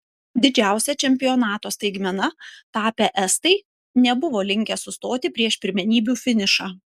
didžiausia čempionato staigmena tapę estai nebuvo linkę sustoti prieš pirmenybių finišą